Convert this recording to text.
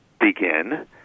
begin